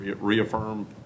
reaffirm